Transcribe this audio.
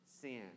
sin